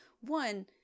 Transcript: one